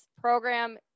program